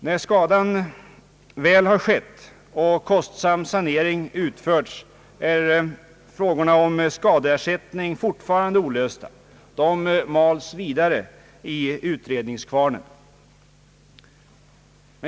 När skadan väl har skett och kostsam sanering har utförts är frågorna om skadeersättning fortfarande olösta. De mals vidare i ut redningskvarnen.